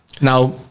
Now